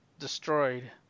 destroyed